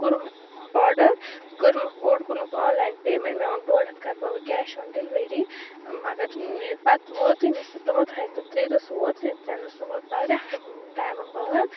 کورُم order کوٚرمَکھ اوٚڈ کوٚرمَکھ آنلاین پیمنٹ مےٚ ووٚن ڈۄڈ ہتھ کَرٕ بہٕ وۄنۍ کیش آن ڈلؤری مگر سُہ پَتہٕ وۄتُے نہٕ سُہ تمو تھایو تتھ ترٛے دۄہ سُہ وۄتُے نہٕ ترٛٮ۪ن دۄہن سُہ ووت واریاہ ٹایمہٕ بعد